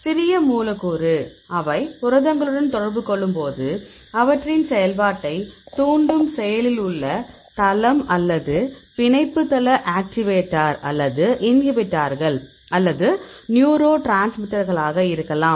சிறிய மூலக்கூறு அவை புரதங்களுடன் தொடர்பு கொள்ளும்போது அவற்றின் செயல்பாட்டைத் தூண்டும் செயலில் உள்ள தளம் அல்லது பிணைப்பு தள ஆக்டிவேட்டர் அல்லது இன்ஹிபிட்டர்கள் அல்லது நியூரோ டிரான்ஸ்மிட்டர்களாக இருக்கலாம்